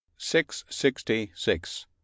666